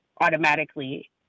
automatically